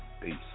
Peace